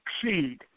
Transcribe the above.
succeed